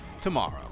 tomorrow